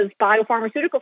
biopharmaceutical